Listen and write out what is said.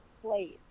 place